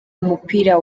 umupira